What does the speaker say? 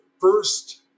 first